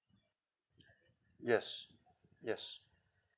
yes yes